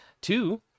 Two